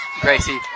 Gracie